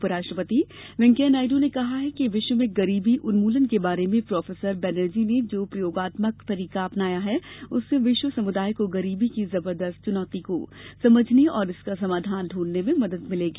उप राष्ट्रपति वेंकैया नायडू ने कहा है कि विश्व में गरीबी उन्मूलन के बारे में प्रोफेसर बैनर्जी ने जो प्रयोगात्मक तरीका अपनाया है उससे विश्व समुदाय को गरीबी की जबरदस्त चुनौती को समझने और इसका समाधान ढूंढने में मदद मिलेगी